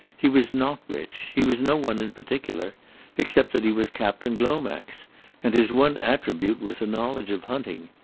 he was not rich. he was no one in particular except that he was captain glomax and his one attribute was a knowledge of hunting.